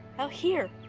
ah here?